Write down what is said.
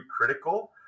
critical